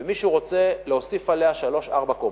ומישהו רוצה להוסיף עליה שלוש, ארבע קומות.